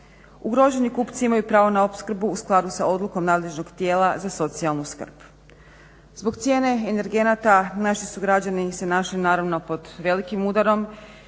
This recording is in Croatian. Ugroženi kupci imaju pravo na opskrbu u skladu sa odlukom nadležnog tijela za socijalnu skrb. Zbog cijene energenata naši su građani se našli naravno pod velikim udarom